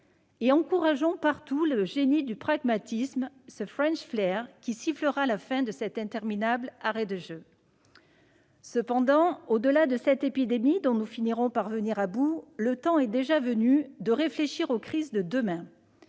! Encourageons ainsi partout le génie du pragmatisme, ce qui sifflera la fin de cet interminable arrêt de jeu. Au-delà de cette épidémie dont nous finirons par venir à bout, le temps est déjà venu de réfléchir aux crises de demain.